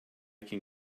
can